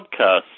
podcast